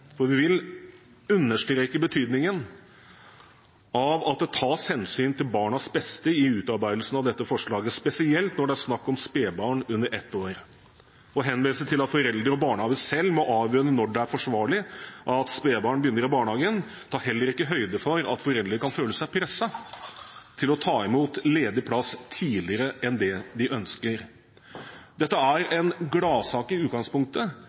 for vi vil understreke betydningen av at det tas hensyn til barnas beste i utarbeidelsen av dette forslaget, spesielt når det er snakk om spedbarn under ett år, og henviser til at foreldre og barnehage selv må avgjøre når det er forsvarlig at spedbarn begynner i barnehagen. Det tar heller ikke høyde for at foreldre kan føle seg presset til å ta imot ledig plass tidligere enn det de ønsker. Dette er en gladsak i utgangspunktet,